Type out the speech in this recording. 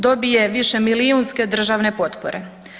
Dobije višemilijunske državne potpore.